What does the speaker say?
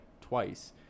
twice